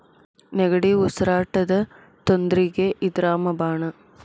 ನೆಗಡಿ, ಕೆಮ್ಮು, ಉಸಿರಾಟದ ತೊಂದ್ರಿಗೆ ಇದ ರಾಮ ಬಾಣ